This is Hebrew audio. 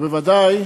וודאי